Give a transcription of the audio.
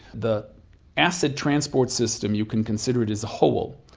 the acid transport system, you can consider it as a hole,